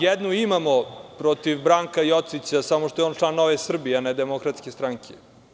Jednu imamo protiv Branka Jocića, samo što je on član Nove Srbije, a ne Demokratske stranke.